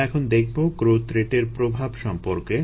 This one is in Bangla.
আমরা এখন দেখবো গ্রোথ রেটের প্রভাব সম্পর্কে